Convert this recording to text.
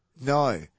No